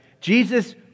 Jesus